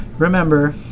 Remember